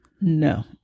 No